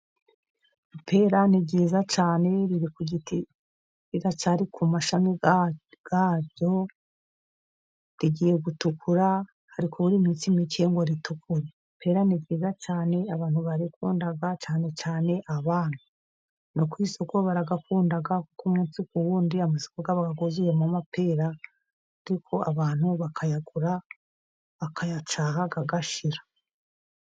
Ipera ni ryiza cyane riri ku giti. Riracyari ku mashami yaryo rigiye gutukura, hari kubura iminsi mike ngo ritukure. Ipera ni ryiza cyane abantu bararikunda cyane cyane abana. No ku isoko barayakunda kuko umunsi ku wundi amasoko aba yuzuyemo amapera ariko abantu bakayagura bakayacyaha agashira.